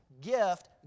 gift